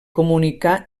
comunicar